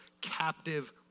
captive